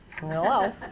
Hello